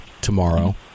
tomorrow